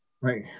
Right